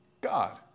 God